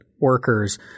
workers